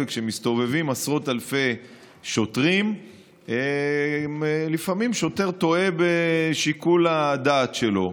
וכשמסתובבים עשרות אלפי שוטרים לפעמים שוטר טועה בשיקול הדעת שלו.